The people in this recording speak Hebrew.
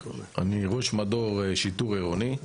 אני ראש מדור שיטור עירוני.